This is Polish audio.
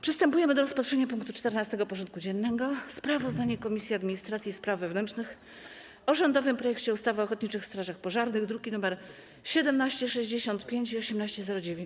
Przystępujemy do rozpatrzenia punktu 14. porządku dziennego: Sprawozdanie Komisji Administracji i Spraw Wewnętrznych o rządowym projekcie ustawy o ochotniczych strażach pożarnych (druki nr 1765 i 1809)